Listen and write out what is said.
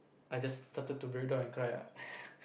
I just started to breakdown and cry lah